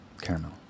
Caramel